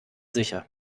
sicher